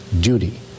duty